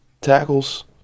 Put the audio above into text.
tackles